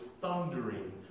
thundering